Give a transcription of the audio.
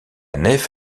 nef